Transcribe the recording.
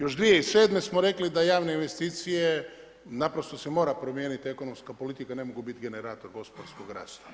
Još 2007. smo rekli da javne investicije naprosto se mora promijeniti ekonomska politika, ne mogu biti generator gospodarskog rasta.